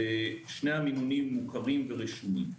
שני המינונים מוכרים ורשומים.